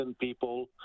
people